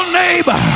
neighbor